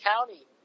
County